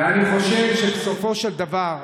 ואני חושב שבסופו של דבר,